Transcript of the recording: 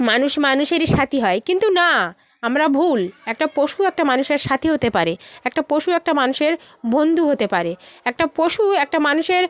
মানুষ মানুষেরই সাথী হয় কিন্তু না আমরা ভুল একটা পশু একটা মানুষের সাথী হতে পারে একটা পশু একটা মানুষের বন্ধু হতে পারে একটা পশু একটা মানুষের